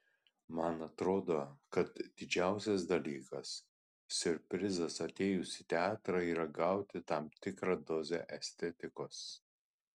man atrodo kad didžiausias dalykas siurprizas atėjus į teatrą yra gauti tam tikrą dozę estetikos